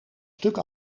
stuk